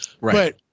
Right